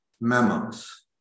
memos